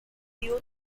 youth